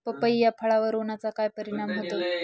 पपई या फळावर उन्हाचा काय परिणाम होतो?